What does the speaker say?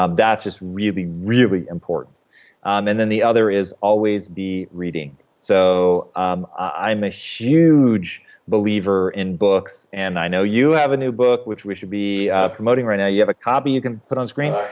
um that's just really, really important um and then the other is, always be reading so um i'm a huge believer in books, and i know you have a new book, which we should be promoting right now. you have a copy you can put on screen? ah